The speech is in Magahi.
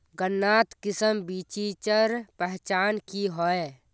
गन्नात किसम बिच्चिर पहचान की होय?